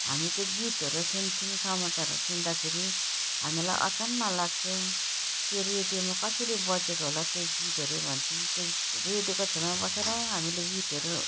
हामी चाहिँ गीतहरू सुन्थ्यौँ समाचारहरू सुन्दाखेरि हामीलाई अचम्म लाग्थ्यो त्यो रेडियोमा कसरी बजेको होला त्यो गीतहरू भन्थ्यौँ त्यो रेडियोको छेउमा बसेर हामीले गीतहरू